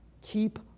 keep